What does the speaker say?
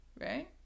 right